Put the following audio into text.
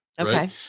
Okay